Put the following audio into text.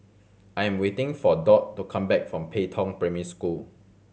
I am waiting for Dot to come back from Pei Tong Primary School